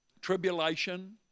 tribulation